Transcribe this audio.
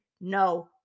no